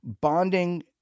bonding